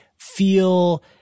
feel –